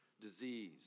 disease